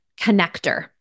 connector